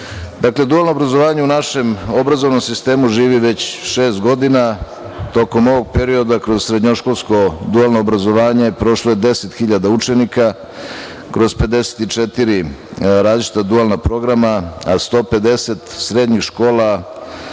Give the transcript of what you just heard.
važno. Dakle, dualno obrazovanje u našem obrazovnom sistemu živi već šest godina. Tokom ovog perioda kroz srednjoškolsko dualno obrazovanje prošlo je 10.000, kroz 54 različita dualna programa, a 150 srednjih škola